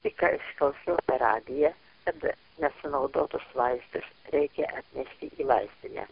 tik ką išklausiau per radiją kad nesunaudotus vaistus reikia atnešti į vaistinę